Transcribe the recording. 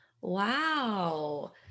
wow